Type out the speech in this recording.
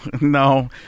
no